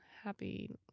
happy